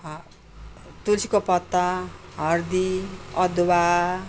तुलसीको पत्ता हर्दी अदुवा